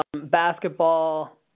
basketball